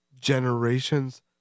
generation's